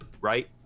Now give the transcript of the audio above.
right